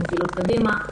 הן מובילות קדימה: